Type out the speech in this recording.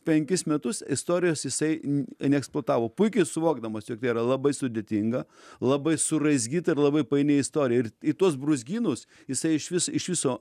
penkis metus istorijos jisai n neeksploatavo puikiai suvokdamas jog tai yra labai sudėtinga labai suraizgyta ir labai paini istorija ir į tuos brūzgynus jisai išvis iš viso